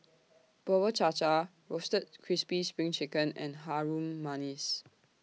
Bubur Cha Cha Roasted Crispy SPRING Chicken and Harum Manis